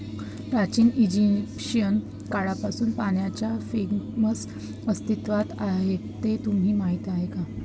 प्राचीन इजिप्शियन काळापासून पाण्याच्या फ्रेम्स अस्तित्वात आहेत हे तुम्हाला माहीत आहे का?